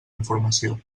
informació